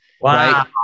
Wow